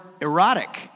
erotic